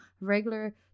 regular